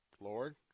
Lord